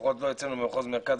לפחות לא אצלנו במחוז מרכז,